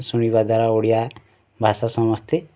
ଶୁଣିବାଦ୍ଵାରା ଓଡ଼ିଆ ଭାଷା ସମସ୍ତେ